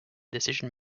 decision